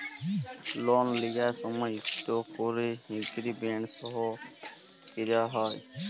লল লিঁয়ার সময় ইকট ক্যরে এগ্রীমেল্ট সই ক্যরা হ্যয়